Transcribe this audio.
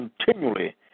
continually